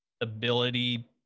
ability